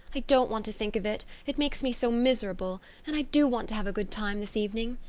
i don't want to think of it, it makes me so miserable, and i do want to have a good time this evening.